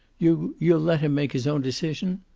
you you'll let him make his own decision?